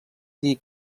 dir